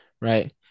right